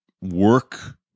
work